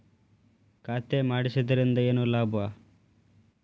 ಖಾತೆ ಮಾಡಿಸಿದ್ದರಿಂದ ಏನು ಲಾಭ?